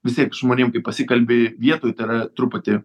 vis tiek su žmonėm kai pasikalbi vietoj tai yra truputį